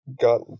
got